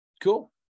Cool